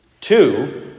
Two